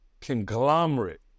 conglomerate